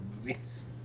movies